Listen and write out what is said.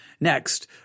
Next